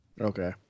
Okay